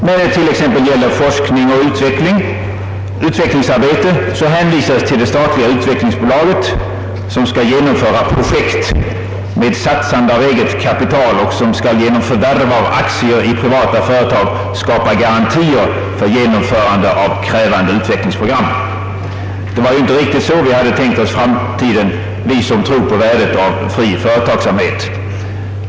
När det t.ex. gäller forskning och utvecklingsarbete hänvisas till det statliga utvecklingsbolaget, som skall genomföra projekt med satsande av eget kapital och som skall genom förvärv av aktier i privata företag skapa garantier för genomförande av krävande utvecklingsprogram. Det var ju inte riktigt så vi hade tänkt oss framtiden, vi som tror på värdet av fri företagsamhet.